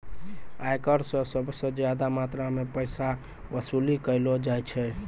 आयकर स सबस ज्यादा मात्रा म पैसा वसूली कयलो जाय छै